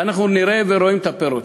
ואנחנו נראה ורואים את הפירות.